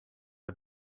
had